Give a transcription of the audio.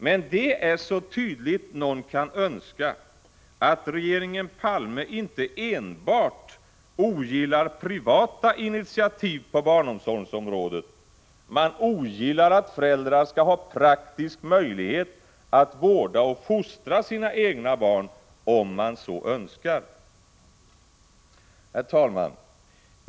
Men det är så tydligt som någon kan önska, att regeringen Palme inte enbart ogillar privata initiativ på barnomsorgsområdet utan dessutom ogillar att föräldrar skall ha praktisk möjlighet att vårda och fostra sina egna barn om de så önskar. Herr talman!